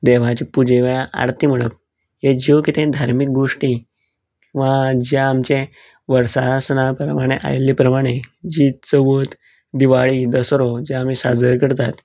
देवाचे पुजे वेळार आरती म्हणप हें ज्यो कितें धार्मीक गोश्टी वा जें आमचें वर्सा आसना प्रमाणें आयले प्रमाणें ती चवथ दिवाळी दसरो जे आमी साजरे करतात